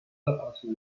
ați